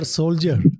soldier